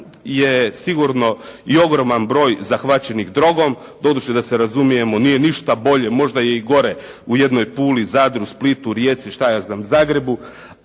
je sigurno i ogroman broj zahvaćenih drogom, doduše da se razumijemo nije ništa bolje, možda je i gore u jednoj Puli, Zadru, Splitu, Rijeci šta ja znam, Zagrebu,